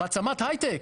מעצמת הייטק?